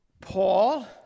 Paul